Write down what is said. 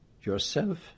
Yourself